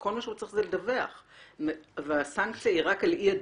שכל מה שהוא צריך זה לדווח והסנקציה היא רק על אי-דיווח.